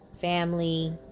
family